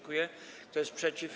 Kto jest przeciw?